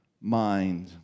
mind